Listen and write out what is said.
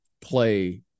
play